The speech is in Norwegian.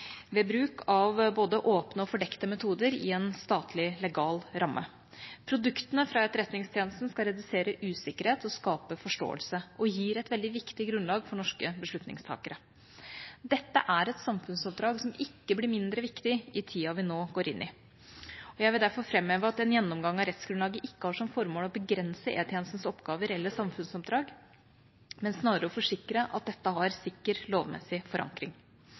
ved bruk av både åpne og fordekte metoder i en statlig legal ramme. Produktene fra Etterretningstjenesten skal redusere usikkerhet og skape forståelse og gir et veldig viktig grunnlag for norske beslutningstakere. Dette er et samfunnsoppdrag som ikke blir mindre viktig i tiden vi nå går inn i, og jeg vil derfor framheve at en gjennomgang av rettsgrunnlaget ikke har som formål å begrense E-tjenestens oppgaver eller samfunnsoppdrag, men snarere å forsikre at dette har sikker lovmessig forankring.